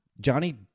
Johnny